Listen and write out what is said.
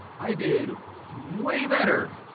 i did way better